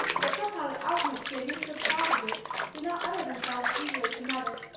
but somehow the arguments she had used so plausibly did not utter themselves easily to mother,